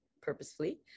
purposefully